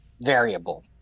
variable